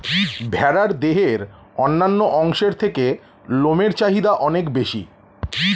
ভেড়ার দেহের অন্যান্য অংশের থেকে লোমের চাহিদা অনেক বেশি